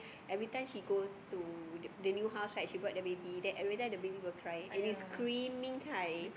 everytime she goes to the the new house right she brought the baby then everytime the baby will cry and is screaming kind